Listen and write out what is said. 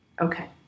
Okay